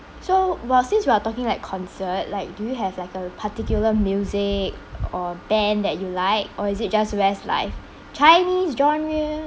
so while since we are talking like concert like do you have like a particular music or band that you like or is it just Westlife chinese genre